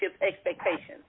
expectations